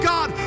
God